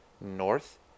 north